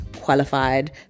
qualified